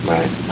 Right